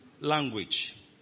language